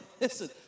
Listen